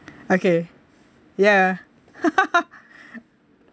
okay ya